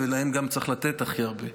ולהם גם צריך לתת הכי הרבה.